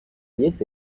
years